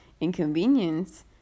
inconvenience